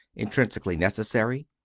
intrinsically necessary?